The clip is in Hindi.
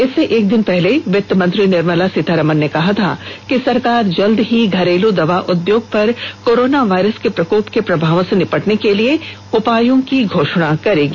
इससे एक दिन पहले वित्त मंत्री निर्मला सीतारामन ने कहा था कि सरकार जल्दी ही घरेलू दवा उद्योग पर कोरोना वायरस के प्रकोप के प्रभावों से निपटने के लिए उपायों की घोषणा करेगी